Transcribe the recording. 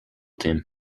team